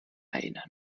erinnern